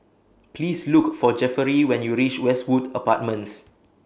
Please Look For Jefferey when YOU REACH Westwood Apartments